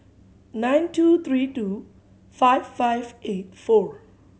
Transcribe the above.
nine two three two five five eight four